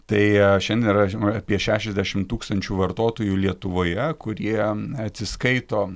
tai šiandien yra žinoma apie šešiasdešimt tūkstančių vartotojų lietuvoje kurie atsiskaito